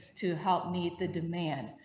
to help meet the demand.